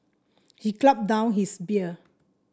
he gulped down his beer